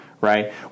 Right